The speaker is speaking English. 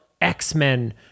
X-Men